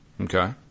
okay